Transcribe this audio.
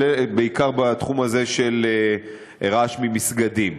בעיקר בתחום הזה של רעש ממסגדים.